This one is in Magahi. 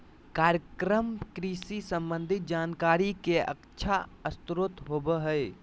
कार्यक्रम कृषि संबंधी जानकारी के अच्छा स्रोत होबय हइ